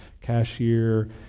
cashier